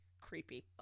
creepy